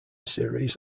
series